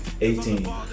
Eighteen